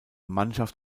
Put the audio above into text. mannschaft